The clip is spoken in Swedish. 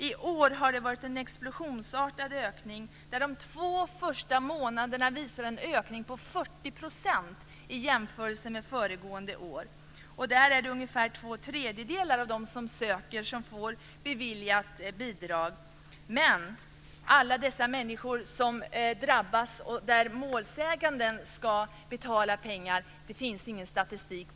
I år har det varit en explosionsartad ökning, där de två första månaderna visar en ökning med 40 % i jämförelse med föregående år. Ungefär två tredjedelar av de sökande får bidrag beviljat. Över alla de människor som målsäganden ska betala pengar till finns det ingen statistik.